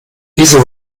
wieso